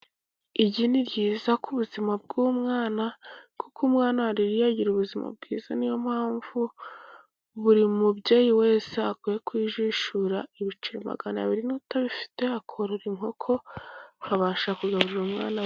Igi ni ryiza ku buzima bw'umwana, kuko umwana waririye agira ubuzima bwiza. Niyo mpamvu buri mubyeyi wese akwiye kujishura ibiceri maganabiri, n'utabifite akorora inkoko akabasha kugaburira umwana we igi.